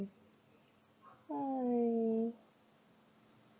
!hais!